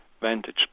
vantage